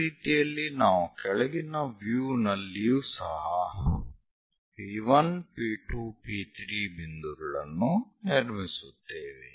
ಈ ರೀತಿಯಲ್ಲಿ ನಾವು ಕೆಳಗಿನ ವ್ಯೂ ನಲ್ಲಿಯೂ ಸಹ P1 P 2 P 3 ಬಿಂದುಗಳನ್ನು ನಿರ್ಮಿಸುತ್ತೇವೆ